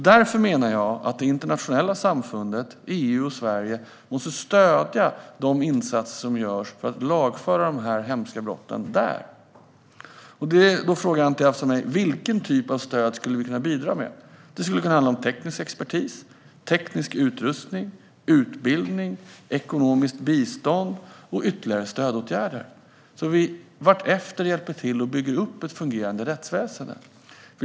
Därför menar jag att det internationella samfundet, EU och Sverige måste stödja de insatser som görs för att lagföra människor för de hemska brotten där. Anti Avsan frågar mig: Vilken typ av stöd skulle vi kunna bidra med? Det skulle kunna handla om teknisk expertis, teknisk utrustning, utbildning, ekonomiskt bistånd och ytterligare stödåtgärder så att vi vartefter hjälper till och bygger upp ett fungerande rättsväsen.